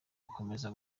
gukomeza